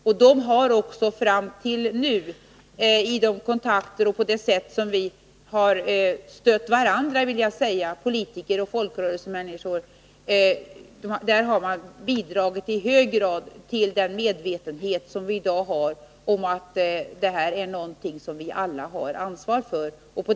Organisationerna har också ända fram till nu, i de kontakter vi haft och det stöd vi har gett varandra — politiker och folkrörelsemänniskor —, i hög grad bidragit till den medvetenhet som vi i dag har om att detta är något vi alla har ansvar för.